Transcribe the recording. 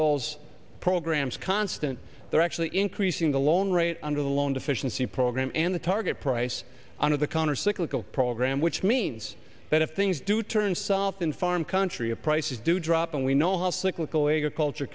goals programs constant they're actually increasing the loan rate under the loan deficiency program and the target price on of the countercyclical program which means that if things do turn south in farm country of prices do drop and we know how cyclical agriculture